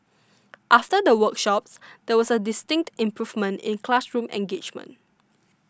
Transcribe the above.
after the workshops there was a distinct improvement in classroom engagement